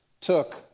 took